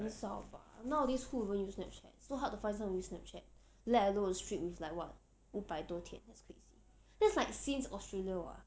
很少 bah nowadays who even use Snapchat so hard to find stuff to use Snapchat let alone streaks with like what 五百多天 that's crazy that's like since australia !wah!